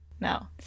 No